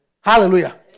Hallelujah